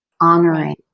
honoring